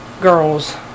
girls